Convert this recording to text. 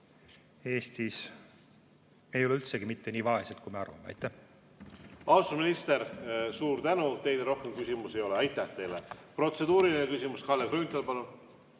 Eesti ei ole üldsegi mitte nii vaene, kui me arvame. Austatud minister, suur tänu! Teile rohkem küsimusi ei ole. Aitäh teile! Protseduuriline küsimus, Kalle Grünthal, palun!